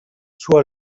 suo